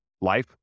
life